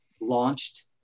launched